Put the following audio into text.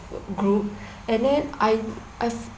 group and then I I